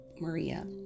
Maria